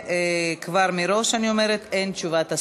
כבר מראש אני אומרת: אין תשובת שר.